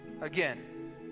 again